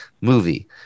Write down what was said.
movie